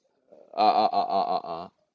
ah ah ah ah ah ah